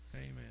Amen